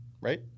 right